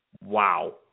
Wow